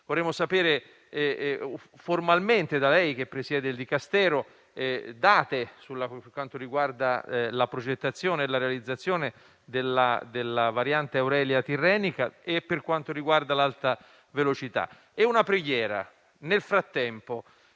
Vorremmo sapere formalmente da lei, che presiede il Dicastero, le date per quanto riguarda la progettazione e la realizzazione della variante Aurelia tirrenica e dell'alta velocità. Le rivolgo inoltre una preghiera. Nel frattempo,